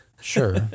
Sure